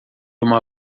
uma